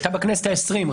היא הייתה בכנסת ה-20.